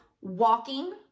walking